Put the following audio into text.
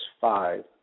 five